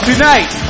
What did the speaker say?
Tonight